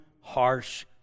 harsh